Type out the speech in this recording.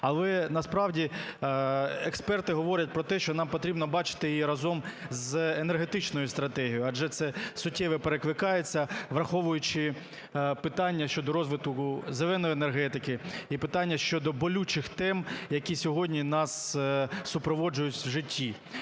але насправді експерти говорять про те, що нам потрібно бачити і разом з енергетичною стратегією. Адже це суттєво перекликається, враховуючи питання щодо розвитку "зеленої" енергетики і питання щодо болючих тем, які сьогодні нас супроводжують у житті.